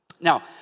Now